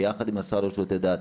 ביחד עם השר לשירותי דת,